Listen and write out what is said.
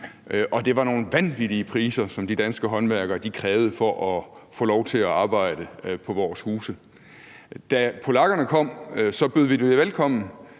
det var nogle vanvittige priser, som de danske håndværkere krævede for at få lov til at arbejde på vores huse. Da polakkerne kom, bød vi dem velkommen,